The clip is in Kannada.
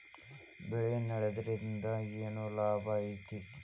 ಬೆಳೆ ನೆಡುದ್ರಿಂದ ಏನ್ ಲಾಭ ಐತಿ?